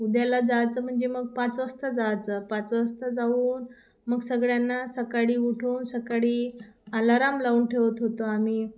उद्याला जायचं म्हणजे मग पाच वाजता जायचं पाच वाजता जाऊन मग सगळ्यांना सकाळी उठून सकाळी आलाराम लावून ठेवत होतो आम्ही